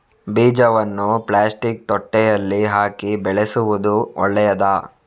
ಬೀಜವನ್ನು ಪ್ಲಾಸ್ಟಿಕ್ ತೊಟ್ಟೆಯಲ್ಲಿ ಹಾಕಿ ಬೆಳೆಸುವುದು ಒಳ್ಳೆಯದಾ?